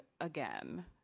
again